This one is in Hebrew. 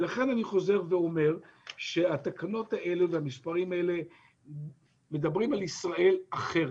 אני חוזר ואומר שהתקנות האלה והמספרים האלה מדברים על ישראל אחרת,